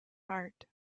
heart